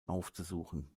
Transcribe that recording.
aufzusuchen